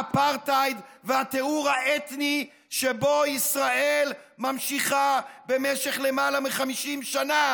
האפרטהייד והטיהור האתני שבו ישראל ממשיכה למעלה מ-50 שנה.